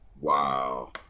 Wow